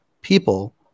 people